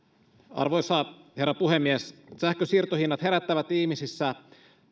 arvoisa herra puhemies sähkönsiirtohinnat herättävät ihmisissä